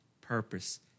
purpose